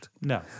No